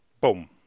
boom